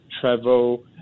travel